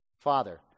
Father